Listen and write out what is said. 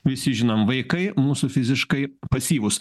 visi žinom vaikai mūsų fiziškai pasyvūs